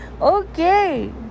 okay